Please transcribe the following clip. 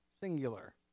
singular